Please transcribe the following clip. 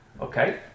Okay